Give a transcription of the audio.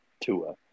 Tua